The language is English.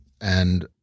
and-